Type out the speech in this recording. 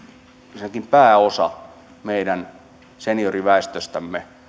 ensinnäkin pääosa meidän senioriväestöstämme